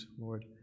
Lord